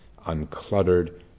uncluttered